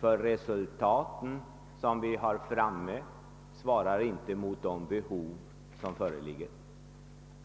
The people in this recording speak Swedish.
ty resultaten av denna svarar inte mot de behov som föreligger.